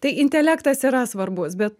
tai intelektas yra svarbus bet